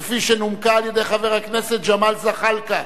כפי שנומקה על-ידי חבר הכנסת ג'מאל זחאלקה.